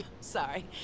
Sorry